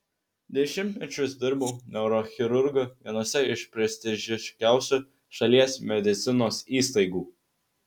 dešimtmečius dirbau neurochirurgu vienose iš prestižiškiausių šalies medicinos įstaigų